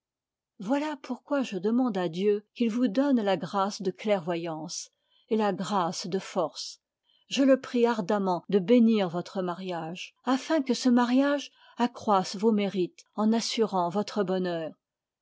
voilà pourquoi je demande à dieu qu'il vous donne la grâce de clairvoyance et la grâce de force je le prie ardemment de bénir votre mariage afin que ce mariage accroisse vos mérites en assurant votre bonheur